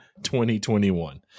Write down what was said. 2021